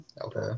Okay